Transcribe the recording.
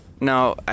No